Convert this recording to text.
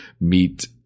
meet